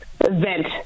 event